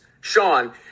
Sean